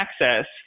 access